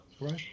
Right